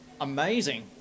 amazing